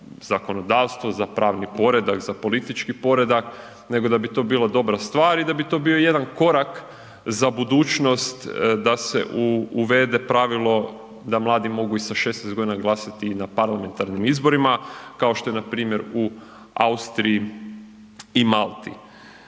za zakonodavstvo, za pravni poredak, za politički poredak, nego da bi to bila dobra stvar i da bi to bio jedan korak za budućnost da se uvede pravilo da mladi mogu i sa 16.g. glasati i na parlamentarnim izborima kao što je npr. u Austriji i Malti.